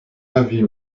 avis